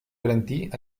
garantir